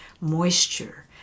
moisture